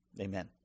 Amen